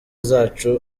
zacu